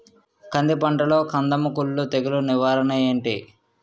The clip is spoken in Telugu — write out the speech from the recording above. కంది పంటలో కందము కుల్లు తెగులు నివారణ ఏంటి?